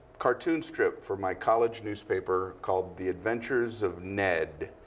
cartoon strip for my college newspaper called the adventures of ned.